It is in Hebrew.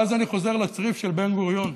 ואז אני חוזר לצריף של בן-גוריון.